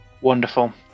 wonderful